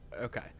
Okay